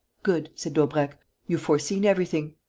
good, said daubrecq you've foreseen everything.